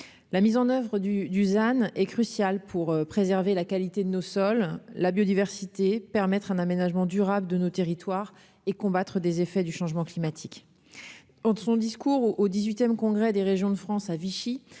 la mise en oeuvre du Dusan est crucial pour préserver la qualité de nos sols, la biodiversité, permettre un aménagement durable de nos territoires et combattre des effets du changement climatique autre son discours au XVIIIe congrès des régions de France à Vichy,